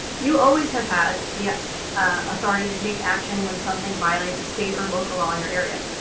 you always have had the authority to take action when something violates a state or local law in your area.